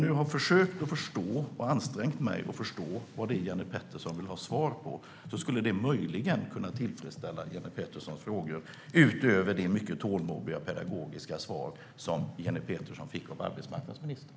Jag har ansträngt mig att förstå vad Jenny Petersson vill ha svar på, och det här kan möjligen tillfredsställa Jenny Peterssons frågor utöver det mycket tålmodiga och pedagogiska svar som Jenny Petersson fick av arbetsmarknadsministern.